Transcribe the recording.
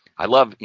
i love, you